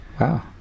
Wow